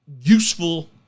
useful